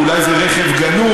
כי אולי זה רכב גנוב,